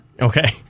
Okay